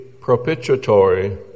propitiatory